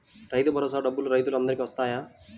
రైతు భరోసా డబ్బులు రైతులు అందరికి వస్తాయా?